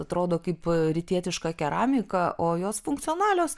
atrodo kaip rytietiška keramika o jos funkcionalios